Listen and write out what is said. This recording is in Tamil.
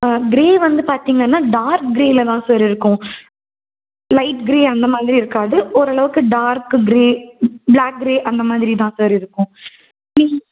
ஆ க்ரே வந்து பார்த்தீங்கன்னா டார்க் க்ரேயில்தான் சார் இருக்கும் லைட் க்ரே அந்த மாதிரி இருக்காது ஓரளவுக்கு டார்க்கு க்ரே பிளாக் க்ரே அந்த மாதிரிதான் சார் இருக்கும் ம்